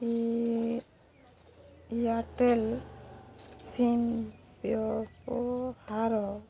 ଏ Airtel SIM ବ୍ୟବହାର